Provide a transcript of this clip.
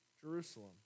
Jerusalem